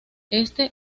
este